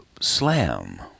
Slam